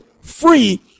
free